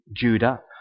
Judah